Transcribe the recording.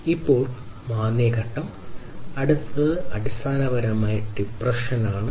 അപ്പോൾ മാന്ദ്യ ഘട്ടം അടുത്തത് അടിസ്ഥാനപരമായി ഡിപ്രെഷൻണ്